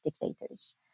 dictators